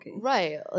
Right